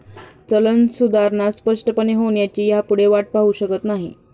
चलन सुधारणा स्पष्टपणे होण्याची ह्यापुढे वाट पाहु शकत नाही